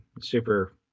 super